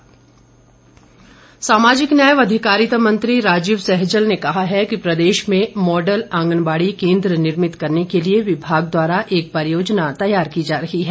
कार्यशाला सामाजिक न्याय व अधिकारिता मंत्री राजीव सहजल ने कहा है कि प्रदेश में मॉडल आंगनबाड़ी केंद्र निर्मित करने के लिए विभाग द्वारा एक परियोजना तैयार की जा रही है